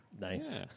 Nice